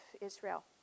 Israel